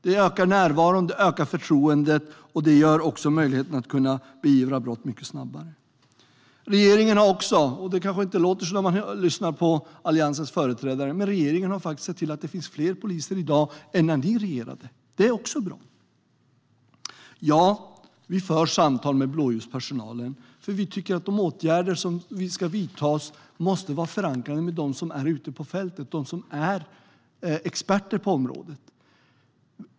Det ökar närvaron, det ökar förtroendet och det ökar också möjligheterna att beivra brott mycket snabbare. Regeringen har också, även om det kanske inte låter så när man lyssnar på Alliansens företrädare, sett till att det finns fler poliser i dag än när ni regerade. Det är också bra. Vi för samtal med blåljuspersonalen, eftersom vi tycker att de åtgärder som ska vidtas måste vara förankrade hos dem som är ute på fältet och dem som är experter på området.